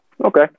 Okay